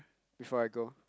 before I go